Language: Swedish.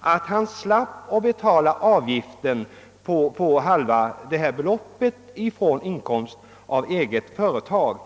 att han slapp betala avgiften på halva detta belopp från inkomst av eget företag.